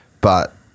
But-